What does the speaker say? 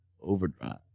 overdrive